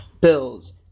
Bills